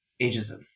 ageism